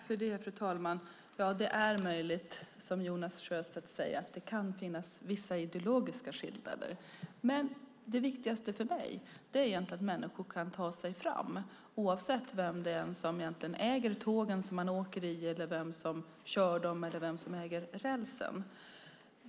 Fru talman! Det är möjligt, som Jonas Sjöstedt säger, att det kan finnas vissa ideologiska skillnader. Men det viktigaste för mig är egentligen att människor kan ta sig fram oavsett vem som äger tågen som man åker i, vem som kör dem eller vem som äger rälsen.